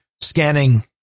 scanning